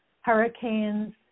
hurricanes